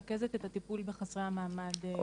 ומרכזת את הטיפול בחסרי המעמד במשרד הבריאות.